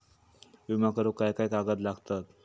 विमा करुक काय काय कागद लागतत?